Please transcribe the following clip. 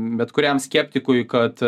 bet kuriam skeptikui kad